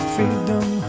Freedom